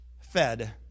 fed